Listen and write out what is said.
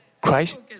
Christ